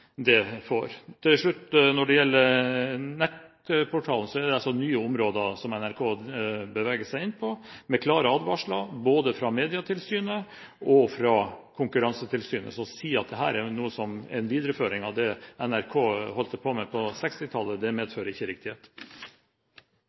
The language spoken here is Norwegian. de får. Når det gjelder nettportalen, er det nye områder som NRK beveger seg inn på, med klare advarsler både fra Medietilsynet og Konkurransetilsynet. Så å si at dette er en videreføring av det NRK holdt på med på